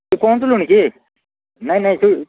ତୁ ପହଞ୍ଚିଲୁଣି କି ନାଇ ନାଇ ତୁ